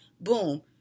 boom